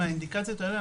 מהאינדיקציות האלה,